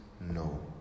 No